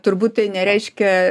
turbūt tai nereiškia